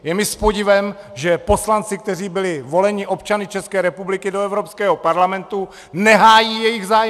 Je mi s podivem, že poslanci, kteří byli voleni občany České republiky do Evropského parlamentu, nehájí jejich zájmy!